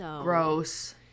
Gross